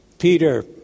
Peter